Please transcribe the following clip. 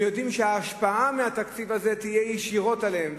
הם יודעים שהשפעת התקציב הזה תהיה ישירות עליהם,